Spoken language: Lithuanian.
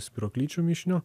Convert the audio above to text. spyruoklyčių mišinio